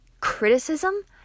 criticism